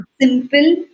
simple